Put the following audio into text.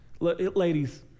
ladies